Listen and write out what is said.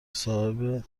صاحب